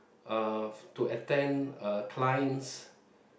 uh to attend a client's